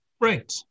Right